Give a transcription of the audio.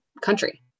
country